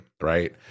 right